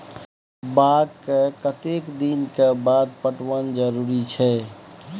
बाग के कतेक दिन के बाद पटवन जरूरी छै?